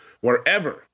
wherever